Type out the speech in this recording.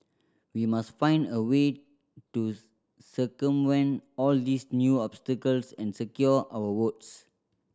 we must find a way to circumvent all these new obstacles and secure our votes